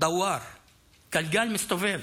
הגלגל מסתובב.